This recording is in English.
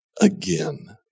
again